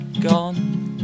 gone